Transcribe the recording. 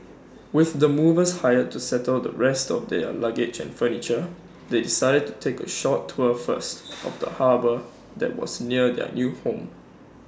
with the movers hired to settle the rest of their luggage and furniture they decided to take A short tour first of the harbour that was near their new home